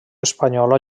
espanyola